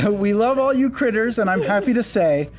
so we love all you critters, and i'm happy to say,